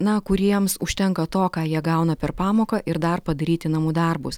na kuriems užtenka to ką jie gauna per pamoką ir dar padaryti namų darbus